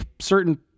certain